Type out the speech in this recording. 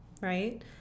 right